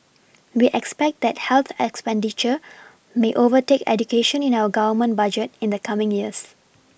we expect that health expenditure may overtake education in our Government budget in the coming years